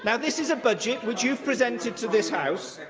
yeah this is a budget, which you've presented to this house,